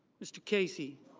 mr. casey.